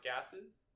gases